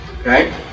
Okay